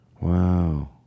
Wow